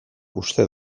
uste